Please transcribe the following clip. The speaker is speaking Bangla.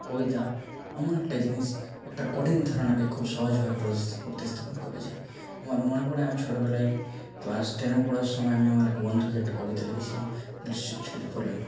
কবিতা এমন একটা জিনিস একটা কঠিন ধারণাকে সহজভাবে প্রতিস্থা প্রতিস্থাপন করা যায় আমার মনে পড়ে আমি ছোটোবেলায় ক্লাস টেনে পড়ার সময় আমি আমার এক বন্ধুকে একটা কবিতা লিখেছিলাম গ্রীষ্মের ছুটির পরেই